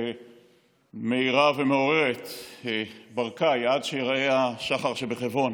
שמאירה ומעוררת ברקאי עד שייראה השחר בחברון,